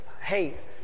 Hey